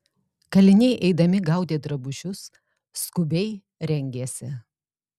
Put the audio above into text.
kaliniai eidami gaudė drabužius skubiai rengėsi